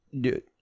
dude